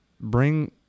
bring